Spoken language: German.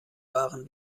waren